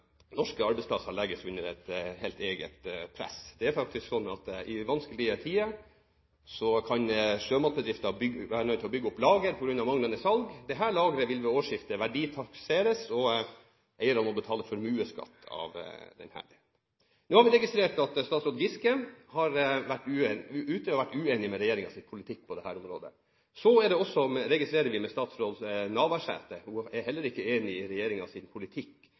norske arbeidsplasser legges under et helt eget press. Det er faktisk slik at i vanskelige tider kan sjømatbedrifter være nødt til å bygge lagre på grunn av manglende salg. Dette lageret vil ved årsskiftet verditakseres, og eierne må betale formuesskatt av dette. Nå har vi registrert at statsråd Giske har vært ute og vært uenig i regjeringens politikk på dette området – så også når det gjelder statsråd Navarsete. Hun er heller ikke enig i regjeringens politikk